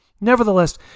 Nevertheless